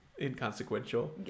inconsequential